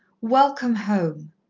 welcome home.